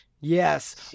yes